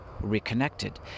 reconnected